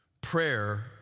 Prayer